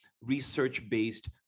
research-based